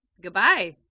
Goodbye